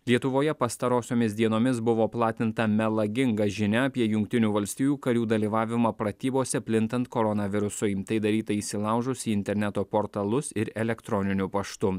lietuvoje pastarosiomis dienomis buvo platinta melaginga žinia apie jungtinių valstijų karių dalyvavimą pratybose plintant koronavirusui tai daryta įsilaužus į interneto portalus ir elektroniniu paštu